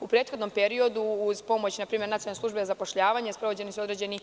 U prethodnom periodu, uz pomoćNacionalne službe za zapošljavanje, sprovođeni su određeni